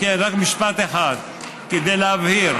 רק משפט אחד, כדי להבהיר: